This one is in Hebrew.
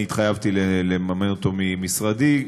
אני התחייבתי לממן אותו ממשרדי,